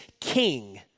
king